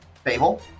Fable